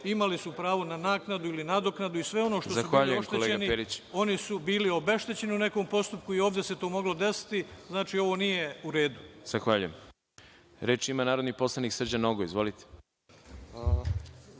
imali su pravo na naknadu ili nadoknadu i sve ono što su bili oštećeni, oni su bili obeštećeni u nekom postupku i ovde se to moglo desiti, znači, ovo nije u redu. **Đorđe Milićević** Zahvaljujem. Reč ima narodni poslanik Srđan Nogo. Izvolite.